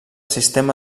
sistema